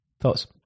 Thoughts